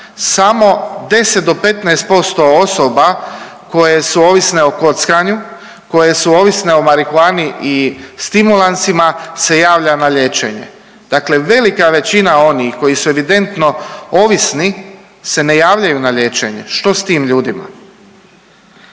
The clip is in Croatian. samo 10 do 15% osoba koje su ovisne o kockanju, koje su ovisne o marihuani i stimulansima se javlja na liječenje. Dakle, velika većina onih koji su evidentno ovisni se ne javljaju na liječenje, što s tim ljudima?